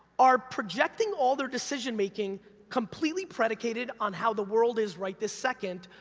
are projecting all their decision-making completely predicated on how the world is right this second,